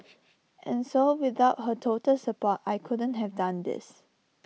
and so without her total support I couldn't have done this